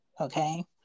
okay